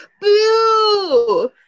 boo